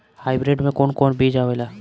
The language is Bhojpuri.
हाइब्रिड में कोवन कोवन बीज आवेला?